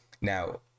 Now